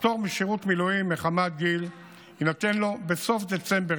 הפטור משירות מילואים מחמת גיל יינתן לו בסוף דצמבר